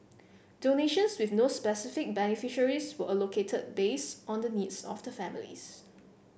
donations with no specific beneficiaries were allocated based on the needs of the families